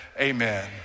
amen